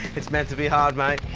it's meant to be hard, mate.